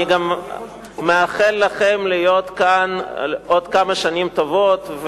אני גם מאחל לכם להיות כאן עוד כמה שנים טובות,